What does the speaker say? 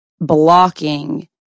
blocking